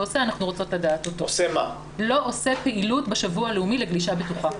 עושה פעילות בשבוע הלאומי לגלישה בטוחה,